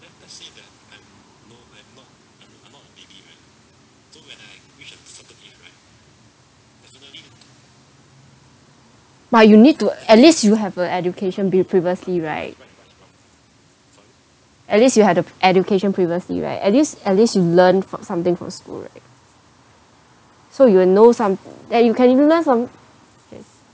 but you need to at least you have a education be~ previously right at least you have the p~ education previously right at least at least you learned fro~ something from school right so you will know some that you can even learn some case